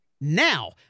now